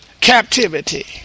captivity